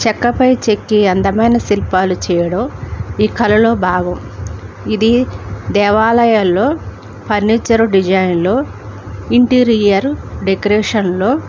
చెక్కపై చెక్కి అందమైన శిల్పాలు చేయడం ఈ కళలో భాగం ఇది దేవాలయాల్లో ఫర్నిచర్ డిజైన్లు ఇంటీరియర్ డెకరేషన్లు